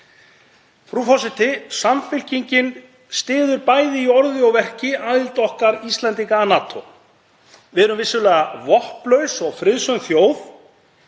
Frú forseti. Samfylkingin styður bæði í orði og verki aðild okkar Íslendinga að NATO. Við erum vissulega vopnlaus og friðsöm þjóð